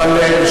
היום?